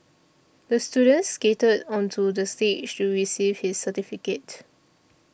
the student skated onto the stage to receive his certificate